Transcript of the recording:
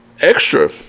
extra